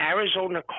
Arizona